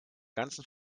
ganzen